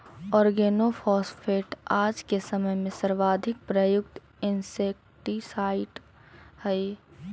organophosphate आज के समय में सर्वाधिक प्रयुक्त इंसेक्टिसाइट्स् हई